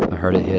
heard it hit